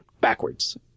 Backwards